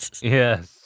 Yes